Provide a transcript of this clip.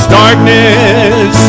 darkness